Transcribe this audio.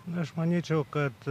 aš manyčiau kad